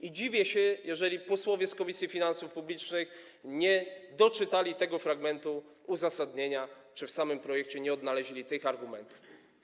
I dziwię się, jeżeli posłowie z Komisji Finansów Publicznych nie doczytali tego fragmentu uzasadnienia czy w samym projekcie nie odnaleźli tych argumentów.